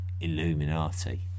Illuminati